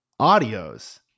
audios